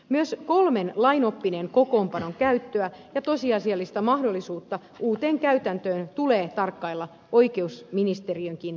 myös kolmen lainoppineen kokoonpanon käyttöä ja tosiasiallista mahdollisuutta uuteen käytäntöön tulee tarkkailla oikeusministeriönkin taholta